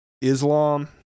Islam